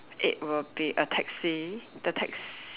it will be a taxi the tax~